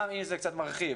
גם אם זה קצת מרחיב.